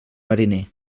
mariner